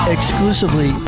Exclusively